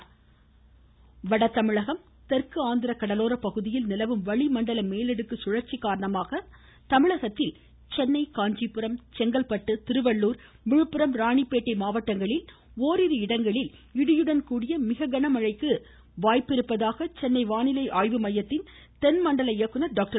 வானிலை வட தமிழகம் தெற்கு ஆந்திர கடலோர பகுதியில் நிலவும் வளிமண்டல மேலடுக்கு சுழற்சி காரணமாக இன்று தமிழகத்தில் சென்னை காஞ்சிபுரம் செங்கல்பட்டு திருவள்ளூர் விழுப்புரம் ராணிப்பேட்டை மாவட்டங்களில் ஒரிரு இடங்களில் இடியுடன் கூடிய மிக கன மழைக்கு வாய்ப்பிருப்பதாக சென்னை வானிலை மையத்தின் தென்மண்டல டாக்டர்